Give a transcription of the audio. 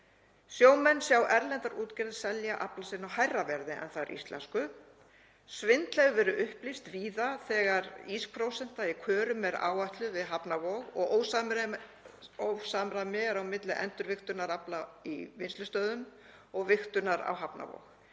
Sjómenn sjá erlendar útgerðir selja afla sinn á hærra verði en þær íslensku. Svindl hefur verið upplýst víða þegar ísprósenta í körum er áætluð við hafnarvog og ósamræmi er á milli endurvigtunar afla í vinnslustöðvum og vigtunar á hafnarvog.